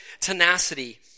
tenacity